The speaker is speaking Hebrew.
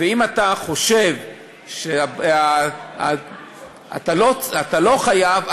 ואם אתה חושב שאתה לא חייב,